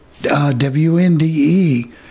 WNDE